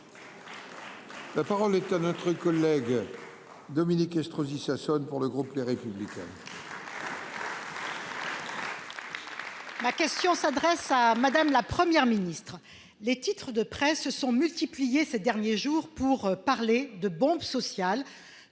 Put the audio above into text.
La parole est à notre collègue. Dominique Estrosi Sassone pour le groupe Les Républicains. Ma question s'adresse à Madame, la Première ministre. Les titres de presse se sont multipliées ces derniers jours pour parler de bombe sociale